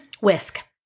Whisk